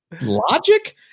Logic